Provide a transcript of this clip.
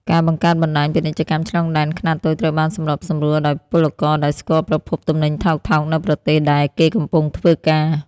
ការបង្កើតបណ្ដាញពាណិជ្ជកម្មឆ្លងដែនខ្នាតតូចត្រូវបានសម្របសម្រួលដោយពលករដែលស្គាល់ប្រភពទំនិញថោកៗនៅប្រទេសដែលគេកំពុងធ្វើការ។